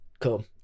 Cool